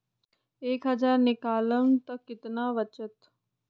एक हज़ार निकालम त कितना वचत?